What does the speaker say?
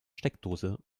steckdose